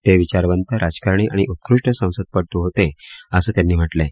ते विचारवंत राजकारणी आणि उत्कृष्ट संसदपटू होते असं त्यांनी म्हटलंय